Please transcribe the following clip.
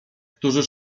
którzy